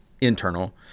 internal